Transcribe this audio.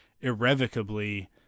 irrevocably